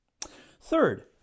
Third